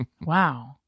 Wow